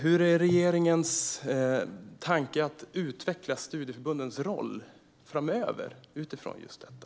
Hur tänker sig regeringen att utveckla studieförbundens roll framöver utifrån just detta?